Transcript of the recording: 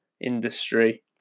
industry